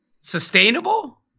sustainable